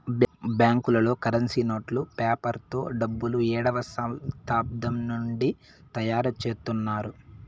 బ్యాంకులలో కరెన్సీ నోట్లు పేపర్ తో డబ్బులు ఏడవ శతాబ్దం నుండి తయారుచేత్తున్నారు